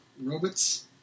robots